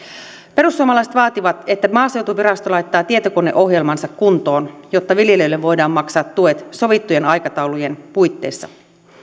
perussuomalaiset vaativat että maaseutuvirasto laittaa tietokoneohjelmansa kuntoon jotta viljelijöille voidaan maksaa tuet sovittujen aikataulujen puitteissa